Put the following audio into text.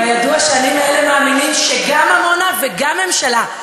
ידוע שאני מאלה המאמינים שגם עמונה וגם ממשלה.